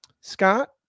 Scott